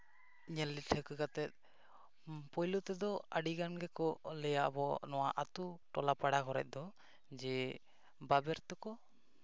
ᱧᱮᱞ ᱴᱷᱟᱹᱣᱠᱟᱹ ᱠᱟᱛᱮᱫ ᱯᱳᱭᱞᱳ ᱛᱮᱫᱚ ᱟᱹᱰᱤᱜᱟᱱ ᱜᱮᱠᱚ ᱞᱟᱹᱭᱟ ᱟᱵᱚ ᱱᱚᱣᱟ ᱟᱹᱛᱩ ᱴᱚᱞᱟ ᱯᱟᱲᱟ ᱠᱚᱨᱮᱫ ᱫᱚ ᱡᱮ ᱵᱟᱵᱮᱨ ᱛᱮᱠᱚ